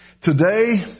Today